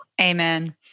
Amen